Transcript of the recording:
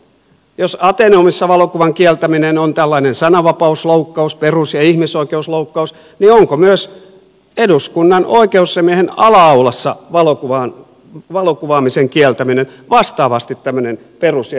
jos ateneumissa valokuvaamisen kieltäminen on tällainen sananvapausloukkaus perus ja ihmisoikeusloukkaus niin onko myös eduskunnan oikeusasiamiehen ala aulassa valokuvaamisen kieltäminen vastaavasti tämmöinen perus ja ihmisoikeusloukkaus